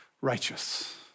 righteous